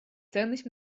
ценность